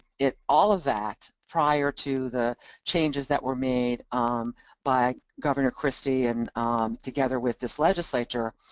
it, all of that, prior to the changes that were made um by governor christie and together with this legislature.